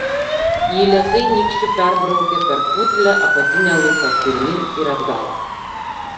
ji lėtai nykščiu perbraukė per putlią apatinę lūpą pirmyn ir atgal